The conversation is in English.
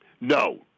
No